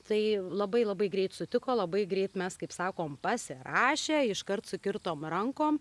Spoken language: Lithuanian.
tai labai labai greit sutiko labai greit mes kaip sakom pasirašę iškart sukirtome rankom